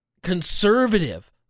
Conservative